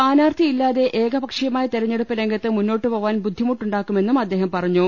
സ്ഥാനാർത്ഥി ഇല്ലാതെ ഏകപക്ഷീയമായ തെരഞ്ഞെടുപ്പ് രംഗത്ത് മുന്നോട്ട് പോവാൻ ബുദ്ധിമുട്ടുണ്ടാകുമെന്നും അദ്ദേഹം പറഞ്ഞു